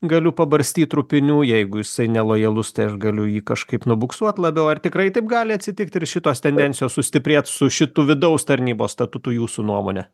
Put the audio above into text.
galiu pabarstyt trupinių jeigu jisai nelojalus tai aš galiu jį kažkaip nubuksuot labiau ar tikrai taip gali atsitikt ir šitos tendencijos sustiprėt su šitu vidaus tarnybos statutu jūsų nuomone